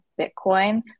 Bitcoin